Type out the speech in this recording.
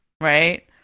right